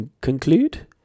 conclude